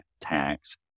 tax